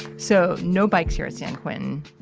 so, no bikes here at san quentin.